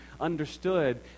understood